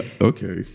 Okay